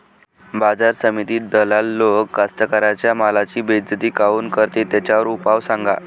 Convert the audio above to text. बाजार समितीत दलाल लोक कास्ताकाराच्या मालाची बेइज्जती काऊन करते? त्याच्यावर उपाव सांगा